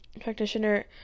practitioner